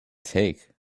take